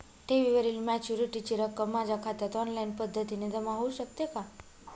ठेवीवरील मॅच्युरिटीची रक्कम माझ्या खात्यात ऑनलाईन पद्धतीने जमा होऊ शकते का?